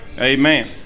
Amen